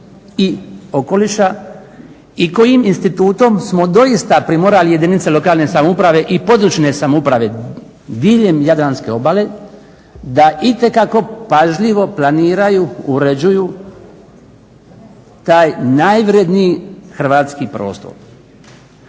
i okoliša i kojim institutom smo doista primorali jedinice lokalne samouprave i područne samouprave diljem jadranske obale da itekako pažljivo planiraju, uređuju taj najvredniji hrvatski prostor.